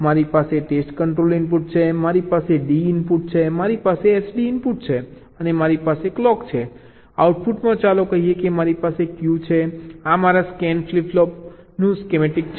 મારી પાસે test control input છે મારી પાસે D ઇનપુટ છે મારી પાસે SD ઇનપુટ છે અને મારી પાસે ક્લોક છે આઉટપુટમાં ચાલો કહીએ કે મારી પાસે Q છે આ મારા સ્કેન ફ્લિપ ફ્લોપનું સ્કીમેટિક છે